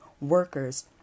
workers